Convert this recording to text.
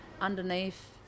underneath